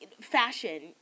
fashion